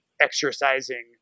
exercising